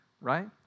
right